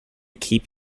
keep